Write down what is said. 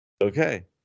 Okay